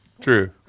True